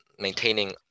maintaining